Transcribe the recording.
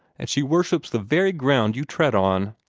and she worships the very ground you tread on.